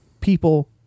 people